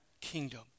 kingdom